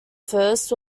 first